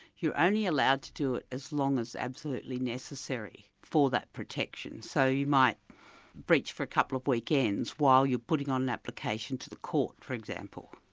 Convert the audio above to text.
you're only allowed to do it as long as absolutely necessary for that protection. so you might breach for a couple of weekends while you're putting in an application to the court, for example.